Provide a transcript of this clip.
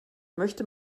möchte